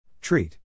Treat